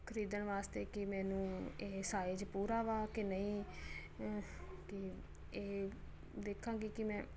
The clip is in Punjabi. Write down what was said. ਖਰੀਦਣ ਵਾਸਤੇ ਕਿ ਮੈਨੂੰ ਇਹ ਸਾਈਜ ਪੂਰਾ ਵਾ ਕਿ ਨਹੀਂ ਕਿ ਇਹ ਦੇਖਾਂਗੀ ਕਿ ਮੈਂ